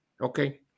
Okay